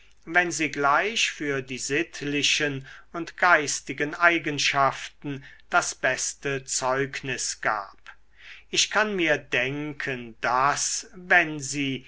wenn sie gleich für die sittlichen und geistigen eigenschaften das beste zeugnis gab ich kann mir denken daß wenn sie